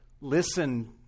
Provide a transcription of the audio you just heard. Listen